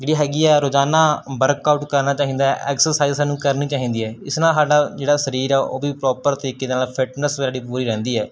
ਜਿਹੜੀ ਹੈਗੀ ਆ ਰੋਜ਼ਾਨਾ ਵਰਕ ਆਊਟ ਕਰਨਾ ਚਾਹੀਦਾ ਐਕਸਰਸਾਈਜ਼ ਸਾਨੂੰ ਕਰਨੀ ਚਾਹੀਦੀ ਹੈ ਇਸ ਨਾਲ ਸਾਡਾ ਜਿਹੜਾ ਸ ਰੀਰ ਆ ਉਹ ਵੀ ਪ੍ਰੋਪਰ ਤਰੀਕੇ ਦੇ ਨਾਲ ਫਿਟਨੈਸ ਵੀ ਪੂਰੀ ਰਹਿੰਦੀ ਹੈ